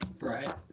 Right